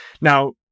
Now